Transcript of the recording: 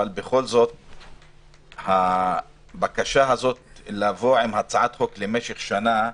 אבל בכל זאת הבקשה לבוא עם הצעת חוק למשך שנה,